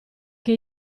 che